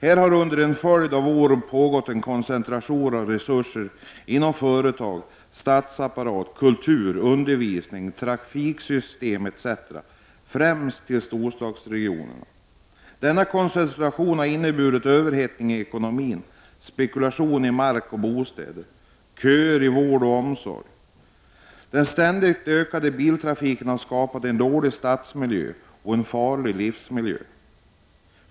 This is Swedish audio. Här har det under en följd av år pågått en koncentration av resurser när det gäller företag, statsapparat, kultur, undervisning, trafiksystem etc. främst till storstadsregionerna. Denna koncentration har inneburit en över hettning i ekonomin, spekulation i mark och bostäder samt köer inom vården och omsorgen. Den ständigt ökade biltrafiken har skapat en dålig stadsmiljö och en farlig livsmiljö.